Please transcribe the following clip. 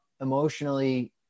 emotionally